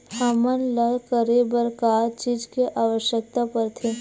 हमन ला करे बर का चीज के आवश्कता परथे?